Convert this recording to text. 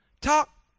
Talk